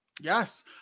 Yes